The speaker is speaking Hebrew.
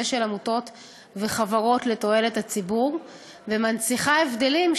של עמותות וחברות לתועלת הציבור ומנציחה הבדלים,